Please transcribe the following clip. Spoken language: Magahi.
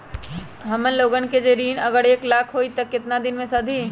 हमन लोगन के जे ऋन अगर एक लाख के होई त केतना दिन मे सधी?